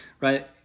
Right